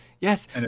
yes